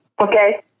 Okay